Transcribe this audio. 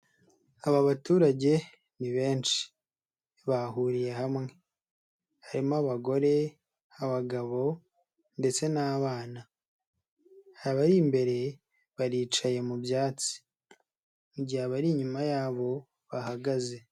Aba baturage ni benshi bahuriye hamwe, harimo abagore, abagabo, ndetse n'abana abari imbere baricaye mu byatsi, mu gihe abari inyuma yabo bahagaze.